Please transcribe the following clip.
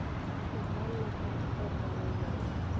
धान में खाद कब डालल जाला?